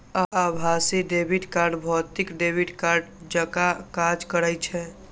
आभासी debit card भौतिक debit कार्डे जकां काज करै छै